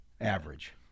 average